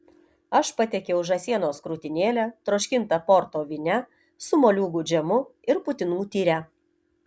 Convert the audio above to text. aš patiekiau žąsienos krūtinėlę troškintą porto vyne su moliūgų džemu ir putinų tyre